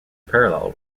parallel